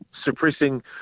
suppressing